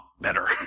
better